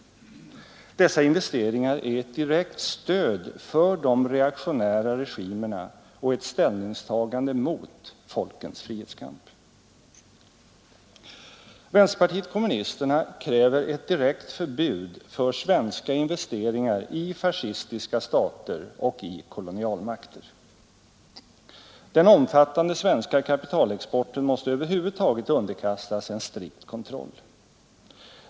Dessa investeringar är ett direkt stöd för de reaktionära regimerna och ett ställningstagande mot folkens frihetskamp. Vänsterpartiet kommunisterna kräver ett direkt förbud för svenska investeringar i fascistiska stater och i kolonialmakter. Den omfattande svenska kapitalexporten måste över huvud taget underkastas en strikt kontroll.